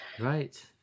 Right